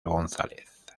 gonzález